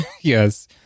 Yes